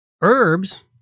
Herbs